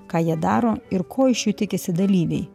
ką jie daro ir ko iš jų tikisi dalyviai